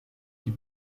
die